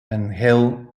angel